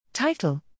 Title